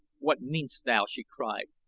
what meanest thou? she cried.